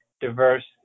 diverse